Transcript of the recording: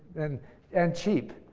and and cheap.